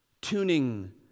tuning